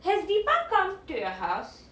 has deepa come to your house